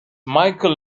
michael